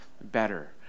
better